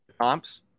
Comps